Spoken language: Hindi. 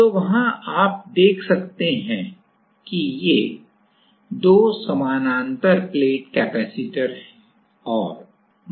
तो वहाँ आप देख सकते हैं कि ये 2 समानांतर प्लेट कैपेसिटर हैं